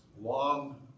Long